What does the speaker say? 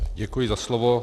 Děkuji za slovo.